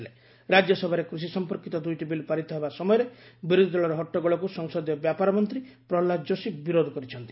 Prahlad Joshi farm bill ରାଜ୍ୟସଭାରେ କୃଷି ସମ୍ପର୍କିତ ଦୁଇଟି ବିଲ୍ ପାରିତ ହେବା ସମୟରେ ବିରୋଧି ଦଳର ହଟ୍ଟଗୋଳକୁ ସଂସଦୀୟ ବ୍ୟାପାର ମନ୍ତ୍ରୀ ପ୍ରହ୍ଲାଦ ଯୋଶୀ ବିରୋଧ କରିଛନ୍ତି